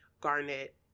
garnet